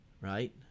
right